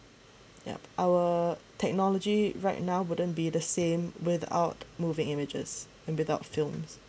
yup our technology right now wouldn't be the same without moving images and without films